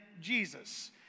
Jesus